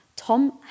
Tom